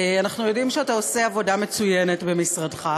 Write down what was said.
אנחנו יודעים שאתה עושה עבודה מצוינת במשרדך,